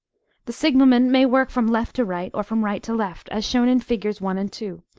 the signalman may work from left to right, or from right to left, as shown in figs. one and two,